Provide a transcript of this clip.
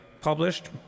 published